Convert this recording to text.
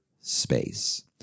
space